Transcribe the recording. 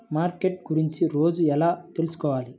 Market గురించి రోజు ఎలా తెలుసుకోవాలి?